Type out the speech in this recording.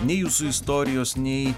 nei jūsų istorijos nei